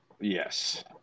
Yes